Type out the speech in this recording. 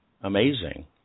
amazing